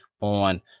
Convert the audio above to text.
on